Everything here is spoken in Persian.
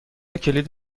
کلید